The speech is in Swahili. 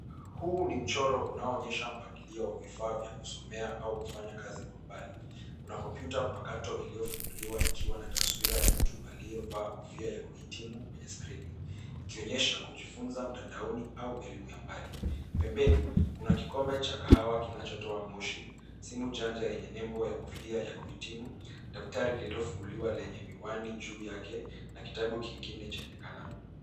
Huu ni mchoro unaoonyesha mpangilio wa vifaa vya kusomea au kufanya kazi kwa mbali. Kuna kompyuta mpakato iliyofunguliwa ikiwa na taswira ya mtu aliyevaa kofia ya kuhitimu kwenye skrini, ikionyesha kujifunza mtandaoni au elimu ya mbali. Pembeni, kuna kikombe cha kahawa kinachotoa moshi, simu janja yenye nembo, kofia ya kuhitimu, daftari lililofunguliwa lenye miwani juu yake na kitabu kingine chenye kalamu.